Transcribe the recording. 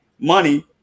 money